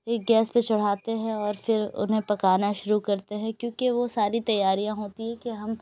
پھر گیس پہ چڑھاتے ہیں اور پھر انہیں پکانا شروع کرتے ہیں کیونکہ وہ ساری تیاریاں ہوتی ہیں کہ ہم